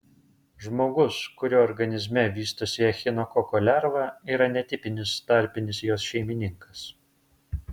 žmogus kurio organizme vystosi echinokoko lerva yra netipinis tarpinis jos šeimininkas